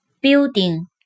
Building